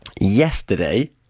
Yesterday